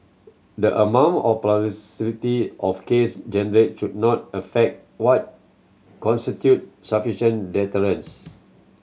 the amount of publicity of case generate should not affect what constitute sufficient deterrence